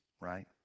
right